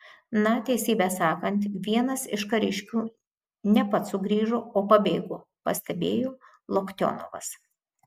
na teisybę sakant vienas iš kariškių ne pats sugrįžo o pabėgo pastebėjo loktionovas